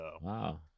Wow